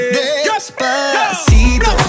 Despacito